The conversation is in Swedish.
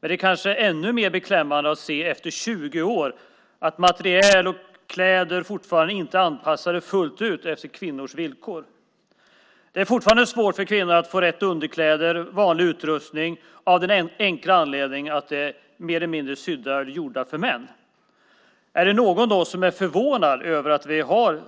Men det är kanske ännu mer beklämmande att efter 20 år se att materiel och kläder fortfarande inte är anpassade fullt ut efter kvinnors villkor. Det är fortfarande svårt för kvinnor att få rätt underkläder och vanlig utrustning av den enkla anledningen att underkläder och utrustning mer eller mindre är gjorda för män. Är det någon som är förvånad över att vi har